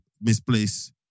misplace